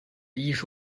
艺术